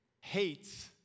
hates